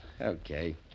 Okay